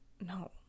no